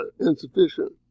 insufficient